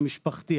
המשפחתי,